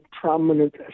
prominent